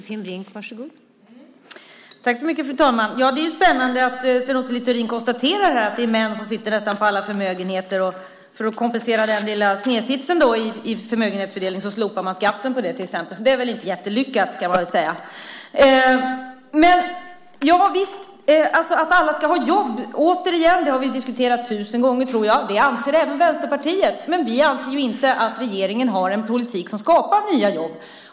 Fru talman! Det är spännande att Sven Otto Littorin konstaterar att det är män som sitter på nästan alla förmögenheter, och för att kompensera den lilla snedsitsen i förmögenhetsfördelning slopar man skatten på det. Det är väl inte jättelyckat. Att alla ska ha jobb - återigen: Det har vi diskuterat tusen gånger, tror jag. Det anser även Vänsterpartiet. Men vi anser inte att regeringen har en politik som skapar nya jobb.